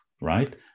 right